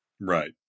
Right